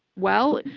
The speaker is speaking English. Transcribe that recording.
well,